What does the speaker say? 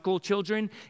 children